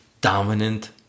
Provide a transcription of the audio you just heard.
dominant